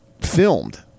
filmed